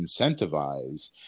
incentivize